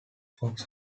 fox